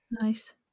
Nice